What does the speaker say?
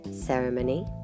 Ceremony